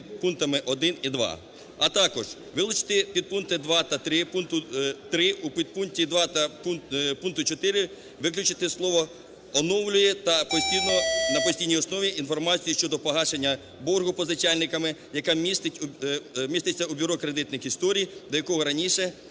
підпунктами 1 і 2. А також вилучити підпункти 2 та 3 пункту 3 у підпункті 2 та пункту 4 виключити слова "оновлює на постійній основі інформацію щодо погашення боргу позичальниками, яка містить у бюро кредитних історій, до якого раніше